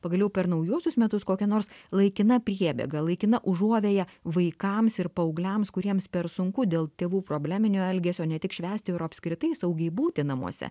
pagaliau per naujuosius metus kokia nors laikina priebėga laikina užuovėja vaikams ir paaugliams kuriems per sunku dėl tėvų probleminio elgesio ne tik švęsti o ir apskritai saugiai būti namuose